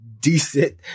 decent